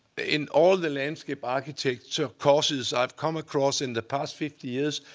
in all the landscape architecture courses i've come across in the past fifty years,